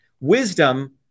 Wisdom